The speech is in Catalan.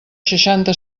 seixanta